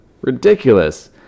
ridiculous